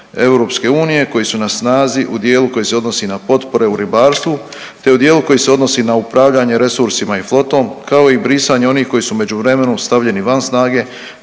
EU koji su na snazi u dijelu koji se odnosi se potpore u ribarstvu te u dijelu koji se odnosi na upravljanje resursima i flotom kao i brisanje onih koji su u međuvremenu stavljeni van snage